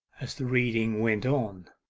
as the reading went on,